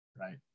right